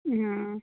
हाँ